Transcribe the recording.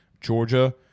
Georgia